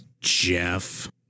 Jeff